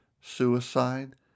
suicide